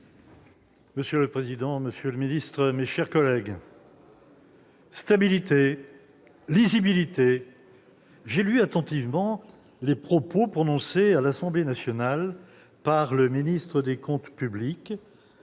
Monsieur le président, monsieur le ministre, mes chers collègues, « stabilité, lisibilité »! J'ai écouté attentivement les propos prononcés à l'Assemblée nationale par le ministre de l'action